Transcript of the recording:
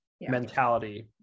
mentality